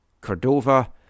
Cordova